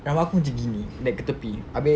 rambut aku macam gini like ke tepi abeh